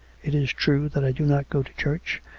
it is true that i do not go to church,